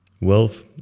wealth